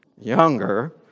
younger